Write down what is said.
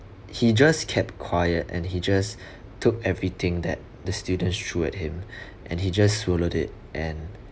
he just kept quiet and he just took everything that the students threw at him and he just swallowed it and